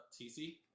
TC